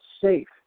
safe